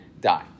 die